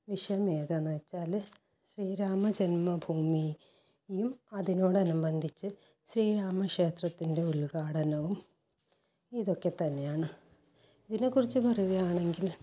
വിഷയം എതാന്ന് വെച്ചാല് ശ്രീരാമ ജന്മ ഭൂമിയും അതിനോടനുബന്ധിച്ച് ശ്രീരാമ ക്ഷേത്രത്തിൻ്റെ ഉദ്ഘാടനവും ഇതൊക്കെ തന്നെയാണ് ഇതിനെ കുറിച്ച് പറയുകയാണെങ്കിൽ